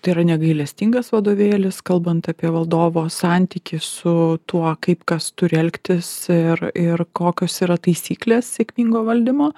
tai yra negailestingas vadovėlis kalbant apie valdovo santykį su tuo kaip kas turi elgtis ir ir kokios yra taisyklės sėkmingo valdymo